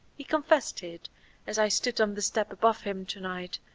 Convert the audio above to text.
he confessed it as i stood on the step above him to-night,